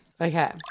Okay